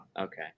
okay